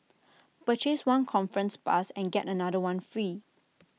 purchase one conference pass and get another one free